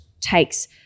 takes